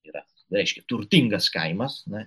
yra reiškia turtingas kaimas na